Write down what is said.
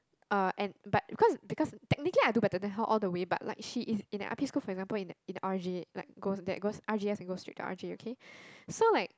uh and but because because technically I do better than her all the way but like she is in a I_P school for example in the in the R_J like goes that goes R_G_S and go straight to R_J